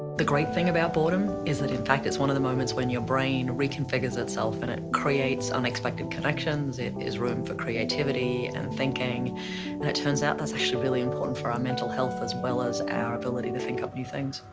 the great thing about boredom is that in fact, it's one of the moments when your brain reconfigures itself and it creates unexpected connections. it has room for creativity and thinking and it turns out that's actually really important for our mental health as well as our ability to think up new things.